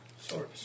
Sorry